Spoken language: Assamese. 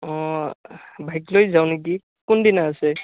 অ' বাইক লৈ যাওঁ নেকি কোন দিনা আছে